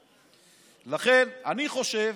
לכן, אני חושב